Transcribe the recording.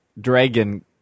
Dragon